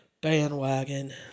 bandwagon